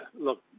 look